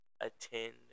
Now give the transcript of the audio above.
attend